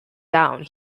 down